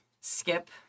skip